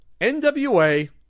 NWA